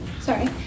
Sorry